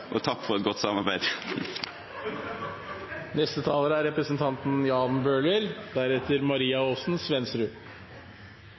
og takk for et godt samarbeid. Stemningen stiger. – Jeg er